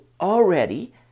already